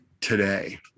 today